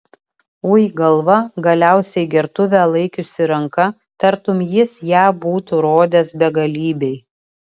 ui galva galiausiai gertuvę laikiusi ranka tartum jis ją būtų rodęs begalybei